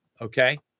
Okay